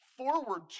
Forward